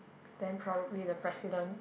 then probably the President